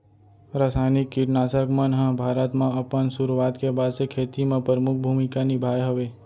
रासायनिक किट नाशक मन हा भारत मा अपन सुरुवात के बाद से खेती मा परमुख भूमिका निभाए हवे